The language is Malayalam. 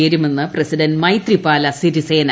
ചേരുമെന്ന് പ്രസിഡന്റ് മൈത്രിപാലാ സിരിസേന